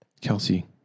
Kelsey